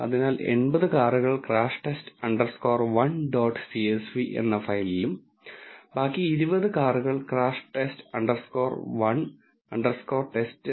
അതിനാൽ 80 കാറുകൾ crash test underscore 1 dot csv എന്ന ഫയലിലും ബാക്കി 20 കാറുകൾ crash test underscore 1 underscore test